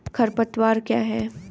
खरपतवार क्या है?